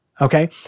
Okay